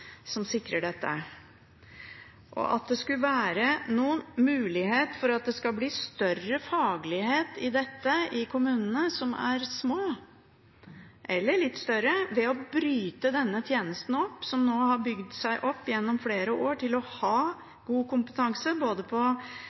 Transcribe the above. som sikrer dette, også fra statsrådens og fra Stortingets side. Og er det noen mulighet for at det skulle bli større faglighet i dette i kommuner som er små, eller litt større, ved å bryte opp denne tjenesten, som nå har bygd seg opp gjennom flere år til å ha god kompetanse, både på